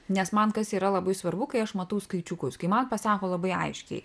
nes man kas yra labai svarbu kai aš matau skaičiukus kai man pasako labai aiškiai